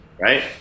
right